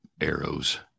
arrows